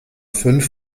fünf